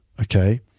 okay